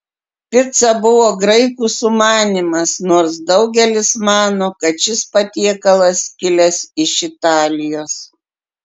pica buvo graikų sumanymas nors daugelis mano kad šis patiekalas kilęs iš italijos